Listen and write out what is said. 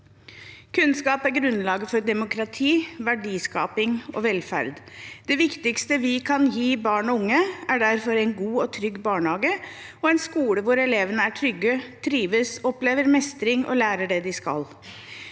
Kunnskap er grunnlaget for demokrati, verdiskaping og velferd. Det viktigste vi kan gi barn og unge, er derfor en god og trygg barnehage, og en skole hvor elevene er trygge, trives, opplever mestring og lærer det de skal.